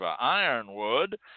Ironwood